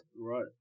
Right